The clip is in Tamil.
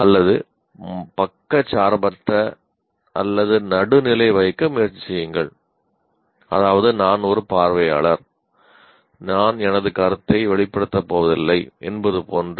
அல்லது பக்கச்சார்பற்ற அல்லது நடுநிலை வகிக்க முயற்சி செய்யுங்கள் அதாவது நான் ஒரு பார்வையாளர் நான் எனது கருத்தை வெளிப்படுத்தப் போவதில்லை என்பது போன்று